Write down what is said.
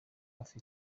hafi